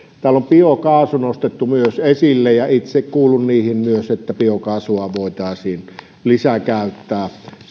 täällä on myös biokaasu nostettu esille itse kuulun myös niihin että biokaasua voitaisiin lisää käyttää